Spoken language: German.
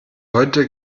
heute